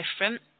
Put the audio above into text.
different